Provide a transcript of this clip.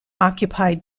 occupied